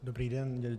Dobrý den.